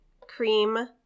cream